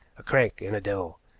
a crank, and a devil.